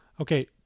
Okay